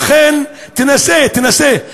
לכן, תנסה, תנסה.